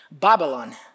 Babylon